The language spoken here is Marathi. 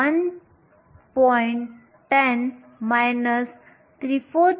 10 34kTln 1